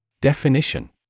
Definition